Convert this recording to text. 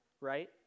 right